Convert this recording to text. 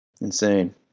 Insane